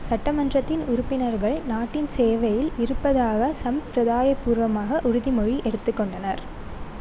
சட்டமன்றத்தின் உறுப்பினர்கள் நாட்டின் சேவையில் இருப்பதாக சம்பிரதாயபூர்வமாக உறுதிமொழி எடுத்துக்கொண்டனர்